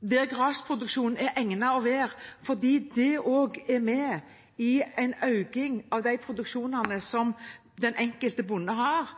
der det er egnet for det, for det er også med i økningen av produksjonen av fôr som den enkelte bonde har.